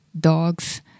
dogs